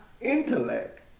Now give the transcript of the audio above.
intellect